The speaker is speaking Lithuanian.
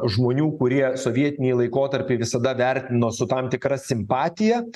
žmonių kurie sovietinį laikotarpį visada vertino su tam tikra simpatija